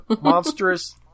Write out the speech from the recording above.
monstrous